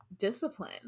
Discipline